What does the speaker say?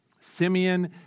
Simeon